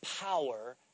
power